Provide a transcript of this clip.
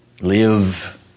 Live